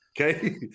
okay